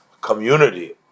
community